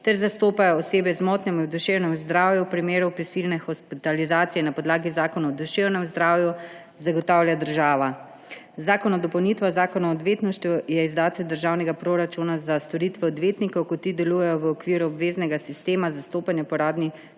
ter zastopajo osebe z motnjami v duševnem zdravju v primeru prisilne hospitalizacije na podlagi Zakona o duševnem zdravju, zagotavlja država. Zakon o dopolnitvah Zakona o odvetništvu je izdatke državnega proračuna za storitve odvetnikov, ko ti delujejo v okviru obveznega sistema zastopanja po uradni